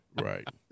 Right